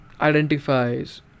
identifies